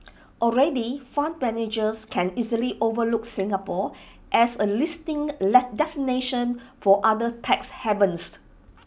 already fund managers can easily overlook Singapore as A listing destination for other tax